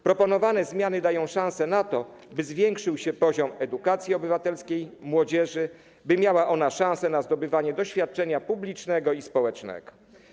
Proponowane zmiany dają szansę na to, by zwiększył się poziom edukacji obywatelskiej młodzieży, by miała ona szansę na zdobywanie doświadczenia publicznego i społecznego.